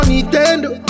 Nintendo